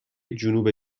جنوب